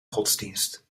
godsdienst